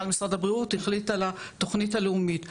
משרד הבריאות החליט על התוכנית הלאומית,